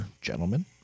gentlemen